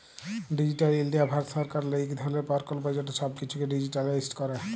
digital India Bharat সরকারেরলে ইক ধরলের পরকল্প যেট ছব কিছুকে ডিজিটালাইস্ড ক্যরে